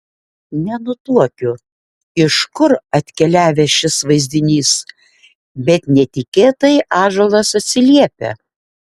nenutuokiu iš kur atkeliavęs šis vaizdinys bet netikėtai ąžuolas atsiliepia